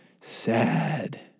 sad